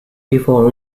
before